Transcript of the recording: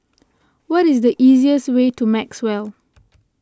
what is the easiest way to Maxwell